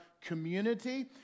community